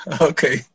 okay